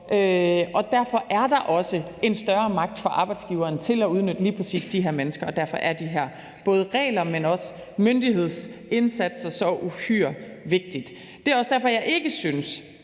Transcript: Derfor er der også en større magt hos arbejdsgiveren i forhold til at udnytte lige præcis de her mennesker, og derfor er både de her regler, men også de her myndighedsindsatser så uhyre vigtige. Det er også derfor, jeg ikke synes,